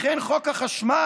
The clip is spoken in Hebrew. לכן חוק החשמל,